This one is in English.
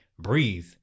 Breathe